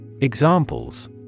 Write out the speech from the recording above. Examples